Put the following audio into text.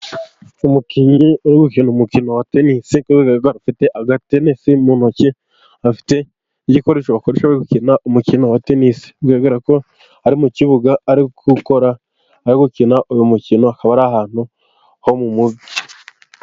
Umukinnyi uri gukina umukino wa tenisi ufite akatenesi mu ntoki, afite igikoresho bakoresha bari gukina umukino wa tenisi, bigaragara ko ari mu kibuga, ari gukora, ari gukina uyu mukino, akaba ari ahantu ho mu mujyi.